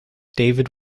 david